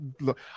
look